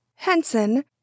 Henson